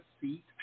seat